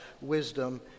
wisdom